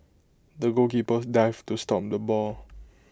the goalkeeper dived to stop the ball